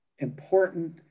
important